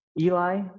Eli